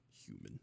Human